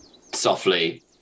softly